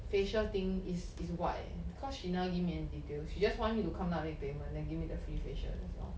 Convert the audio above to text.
facial thing is is what eh because she never give me any details she just want me to come down and make payment then give me the free facial that's all